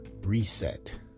reset